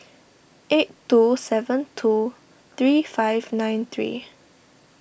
eight two seven two three five nine three